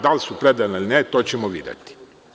Da li su predate ili ne, to ćemo videti.